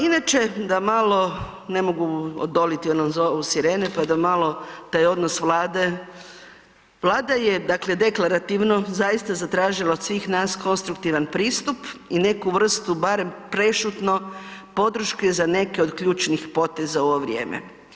Inače da malo ne mogu odoliti onom zovu sirene pa da malo taj odnos Vlade, Vlada je deklarativno zaista zatražila od svih nas konstruktivan pristup i neku vrstu barem prešutno podrške za neke od ključnih poteza u ovo vrijeme.